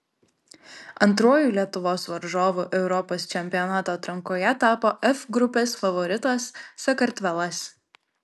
antruoju lietuvos varžovu europos čempionato atrankoje tapo f grupės favoritas sakartvelas